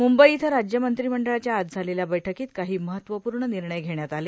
मुंबई इथं राज्य मंत्रिमंडळाच्या आज झालेल्या बैठकीत काही महत्वपूर्ण निर्णय घेण्यात आले